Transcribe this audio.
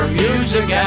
music